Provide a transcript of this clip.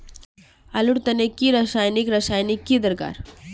आलूर तने की रासायनिक रासायनिक की दरकार?